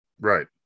right